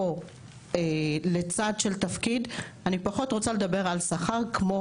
או "לצד תפקיד" אני פחות רוצה לדבר על שכר כמו